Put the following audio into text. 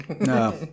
No